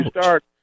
start